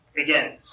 again